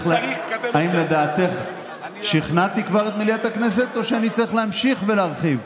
האם לדעתך כבר שכנעתי את מליאת הכנסת או שאני צריך להמשיך ולהרחיב?